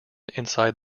inside